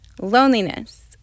Loneliness